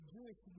Jewish